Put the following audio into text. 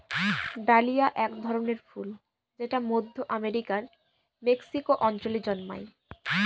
dahlia এক ধরনের ফুল যেটা মধ্য আমেরিকার মেক্সিকো অঞ্চলে জন্মায়